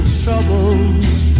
troubles